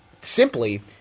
simply